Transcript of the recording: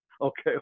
okay